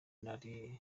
nari